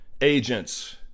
agents